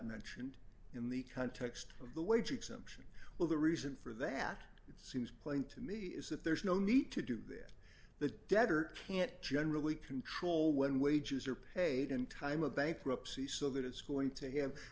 mentioned in the context of the wage exemption well the reason for that it seems plain to me is that there's no need to do that the debtor can't generally control when wages are paid in time of bankruptcy so that it's going to have